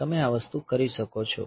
તમે આ વસ્તુ કરી શકો છો